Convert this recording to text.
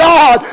God